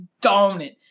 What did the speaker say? dominant